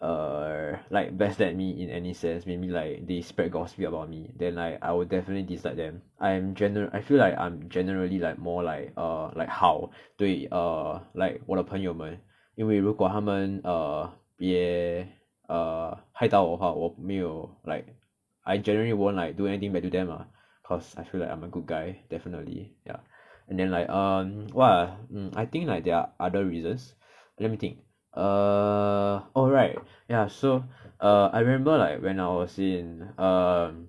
err like backstab me in any sense maybe like they spread gossip about me then like I will definitely dislike them I am general I feel like I'm generally like more like err like 好对 err like 我的朋友们因为如果他们 err 别 err 害到我的话我没有 like I generally won't like do anything bad to them ah cause I feel like I'm a good guy definitely ya and then like err what ah mm I think like there are other reasons let me think err alright ya so err I remember like when I was in err